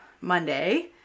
Monday